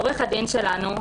עורך הדין שלנו,